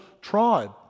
tribe